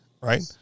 right